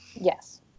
Yes